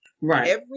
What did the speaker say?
Right